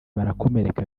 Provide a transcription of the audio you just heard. barakomereka